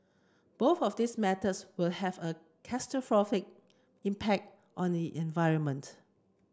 both of these methods will have a catastrophic impact on the environment